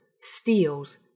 steals